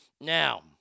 Now